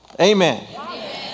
Amen